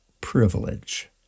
privilege